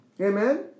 Amen